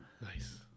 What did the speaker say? Nice